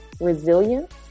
resilience